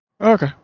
Okay